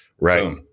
right